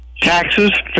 taxes